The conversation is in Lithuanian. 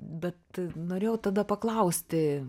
bet norėjau tada paklausti